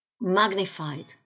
magnified